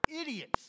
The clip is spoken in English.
idiots